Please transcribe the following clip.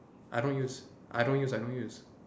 I don't use I don't use I don't use